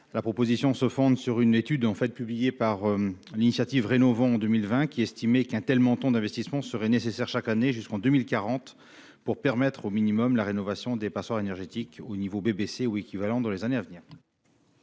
proposition se fonde sur une étude publiée en 2020 par l'initiative « Rénovons !», qui estimait qu'un tel montant d'investissements serait nécessaire chaque année jusqu'en 2040, pour permettre au minimum la rénovation des passoires énergétiques au niveau BBC (bâtiment basse consommation)